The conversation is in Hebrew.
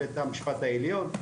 בית המשפט העליון,